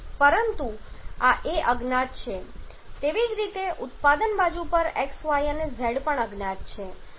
પરંતુ આ a અજ્ઞાત છે તેવી જ રીતે ઉત્પાદન બાજુ પર x y અને z પણ અજ્ઞાત છે